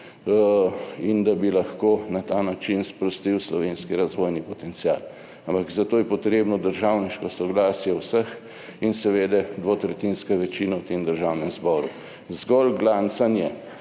in da bi lahko na ta način sprostil slovenski razvojni potencial, ampak za to je potrebno državniško soglasje vseh in seveda dvotretjinska večina v tem Državnem zboru. Zgolj glancanje,